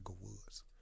Woods